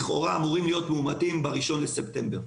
לכאורה אמורים להיות מאומתים ב-1 בספטמבר.